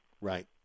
Right